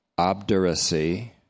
Obduracy